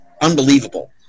unbelievable